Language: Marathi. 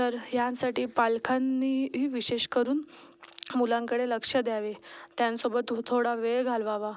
तर ह्यांसाठी पालकांनीही विशेष करून मुलांकडे लक्ष द्यावे त्यांसोबत थो थोडा वेळ घालवावा